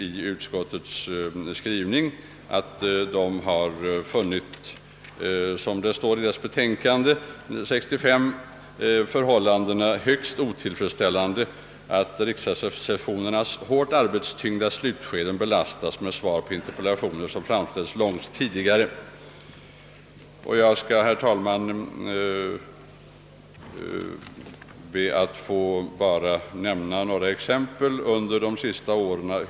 I utskottets skrivning hänvisas till att utredningen har funnit, som det står i dess betänkande 1965, det högst otillfredsställande att riksdagssessionernas hårt arbetstyngda slutskeden belastas Jag skall, herr talman, be att få nämna några exempel på fördelningen av interpellationssvaren under de senaste åren.